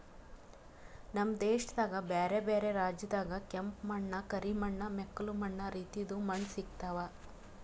ನಮ್ ದೇಶದಾಗ್ ಬ್ಯಾರೆ ಬ್ಯಾರೆ ರಾಜ್ಯದಾಗ್ ಕೆಂಪ ಮಣ್ಣ, ಕರಿ ಮಣ್ಣ, ಮೆಕ್ಕಲು ಮಣ್ಣ ರೀತಿದು ಮಣ್ಣ ಸಿಗತಾವ್